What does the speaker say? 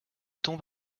tombe